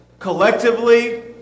Collectively